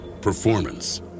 performance